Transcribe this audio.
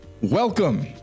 Welcome